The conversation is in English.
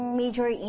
major